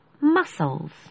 muscles